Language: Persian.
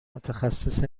متخصص